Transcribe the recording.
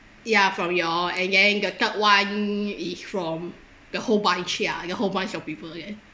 ya from you all and then the third one is from the whole bunch ya the whole bunch of people ya